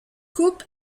coupe